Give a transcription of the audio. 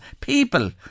People